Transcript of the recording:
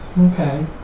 Okay